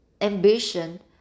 ambition